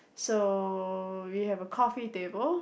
so we have a coffee table